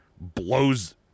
blows